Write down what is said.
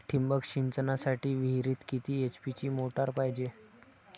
ठिबक सिंचनासाठी विहिरीत किती एच.पी ची मोटार पायजे?